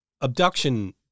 abduction